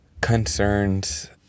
concerns